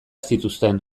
zituzten